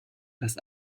dass